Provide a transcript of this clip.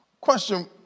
Question